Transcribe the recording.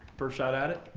first shot at it,